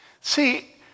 See